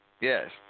Yes